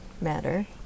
matter